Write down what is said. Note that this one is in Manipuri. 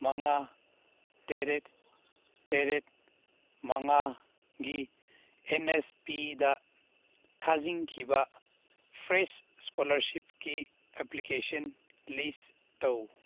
ꯃꯉꯥ ꯇꯔꯦꯠ ꯇꯦꯔꯦꯠ ꯃꯉꯥꯒꯤ ꯑꯦ ꯑꯦꯁ ꯄꯤꯗ ꯊꯥꯖꯤꯟꯈꯤꯕ ꯐ꯭ꯔꯦꯁ ꯏꯁꯀꯣꯂꯔꯁꯤꯞꯀꯤ ꯑꯦꯄ꯭ꯂꯤꯀꯦꯁꯟ ꯂꯤꯁ ꯇꯧ